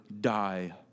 die